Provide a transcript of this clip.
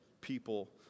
people